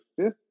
fifth